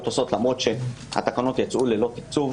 עושות למרות שהתקנות יצאו ללא תקצוב,